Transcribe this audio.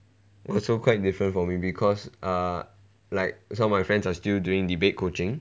also quite different for me because err like some of my friends are still doing debate coaching